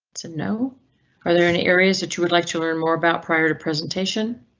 to know are there any areas that you would like to learn more about prior to presentation?